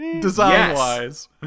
design-wise